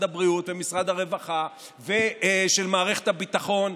הבריאות ומשרד הרווחה ומערכת הביטחון,